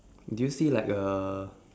do you see like a